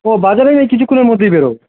ও বাজারে আমি এই কিছুক্ষণের মধ্যেই বেরোবো